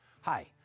Hi